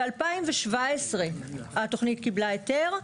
ב-2017 התוכנית קיבלה היתר,